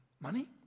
money